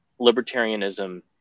libertarianism